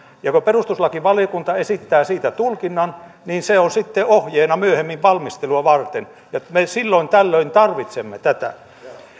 kun perustuslakivaliokunta esittää siitä tulkinnan niin se on sitten ohjeena myöhemmin valmistelua varten me silloin tällöin tarvitsemme tätä